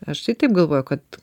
aš tai taip galvoju kad